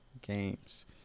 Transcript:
Games